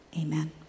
Amen